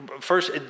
First